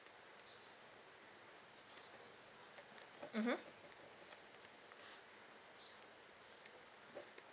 mmhmm